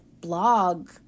blog